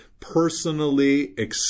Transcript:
personally